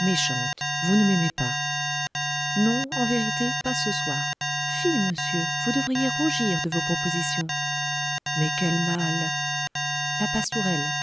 méchante vous ne m'aimez pas non en vérité pas ce soir fi monsieur vous devriez rougir de vos propositions mais quel mal la pastourelle